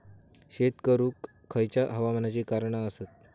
शेत करुक खयच्या हवामानाची कारणा आसत?